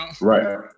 Right